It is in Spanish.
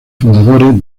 fundadores